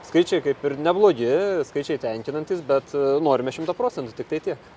skaičiai kaip ir neblogi skaičiai tenkinantys bet norime šimto procentų tiktai tiek